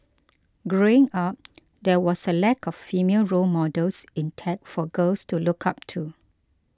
growing up there was a lack of female role models in tech for girls to look up to